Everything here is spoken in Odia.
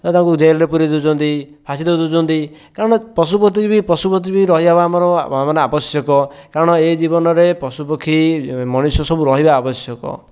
ଆ ତାଙ୍କୁ ଜେଲ୍ରେ ପୁରେଇ ଦେଉଛନ୍ତି ଫାଶୀ ଦେଇ ଦେଉଛନ୍ତି କାରଣ ପଶୁ ପ୍ରତି ବି ପଶୁ ପ୍ରତି ବି ରହିବା ଆମର ମାନେ ଆବଶ୍ୟକ କାରଣ ଏ ଜୀବନରେ ପଶୁପକ୍ଷୀ ମଣିଷ ସବୁ ରହିବା ଆବଶ୍ୟକ